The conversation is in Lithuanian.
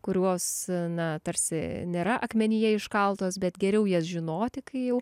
kurios na tarsi nėra akmenyje iškaltos bet geriau jas žinoti kai jau